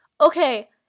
okay